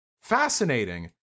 Fascinating